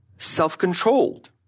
self-controlled